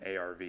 ARV